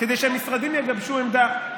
כדי שהמשרדים יגבשו עמדה.